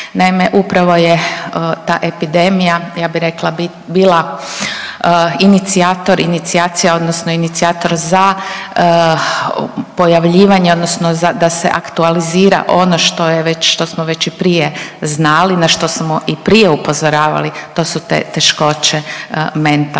Naime, upravo je ta epidemija ja bi rekla bila inicijator, inicijacija odnosno inicijator za pojavljivanje odnosno da se aktualizira ono što je već, što smo već i prije znali, na što smo i prije upozoravali, to su te teškoće mentalnog